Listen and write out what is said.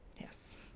Yes